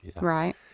Right